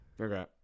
Okay